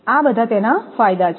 આ બધા તેના ફાયદા છે